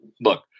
look